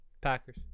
Packers